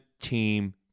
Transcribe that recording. team